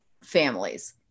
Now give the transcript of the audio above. families